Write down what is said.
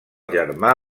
germà